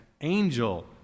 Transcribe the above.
angel